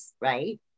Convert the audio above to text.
right